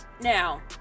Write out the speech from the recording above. Now